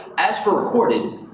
as for recorded,